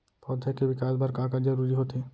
पौधे के विकास बर का का जरूरी होथे?